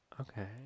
Okay